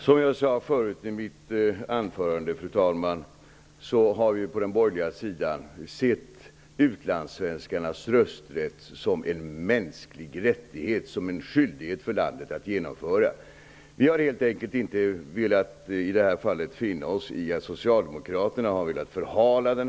Fru talman! Som jag sade i mitt anförande har vi från den borgerliga sidan sett frågan om utlandssvenskarnas rösträtt som en mänsklig rättighet. Vi har sett det som en skyldighet för landet att genomföra detta. Vi har i det här fallet helt enkelt inte velat finna oss i att Socialdemokraterna velat förhala frågan.